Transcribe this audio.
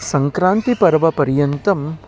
Sankranti पर्वपर्यन्तं